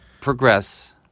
progress